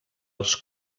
els